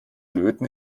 löten